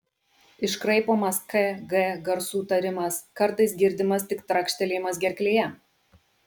iškraipomas k g garsų tarimas kartais girdimas tik trakštelėjimas gerklėje